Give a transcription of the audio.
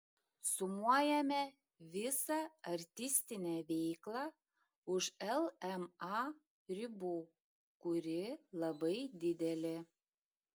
sumuojame visą artistinę veiklą už lma ribų kuri labai didelė